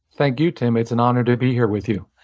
thank you, tim. it's an honor to be here with you.